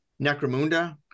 Necromunda